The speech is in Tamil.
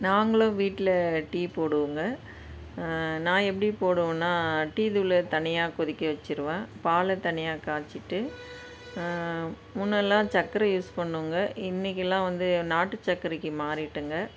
நாங்களும் வீட்டில் டீ போடுவோங்க நான் எப்படி போடுவேன்னால் டீத்தூளை தனியாக கொதிக்க வைச்சுருவேன் பாலை தனியாக காய்ச்சிட்டு முன்னெல்லாம் சர்க்கர யூஸ் பண்ணுவோங்க இன்றைக்குலாம் வந்து நாட்டு சர்க்கரைக்கு மாறிவிட்டோங்க